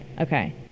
Okay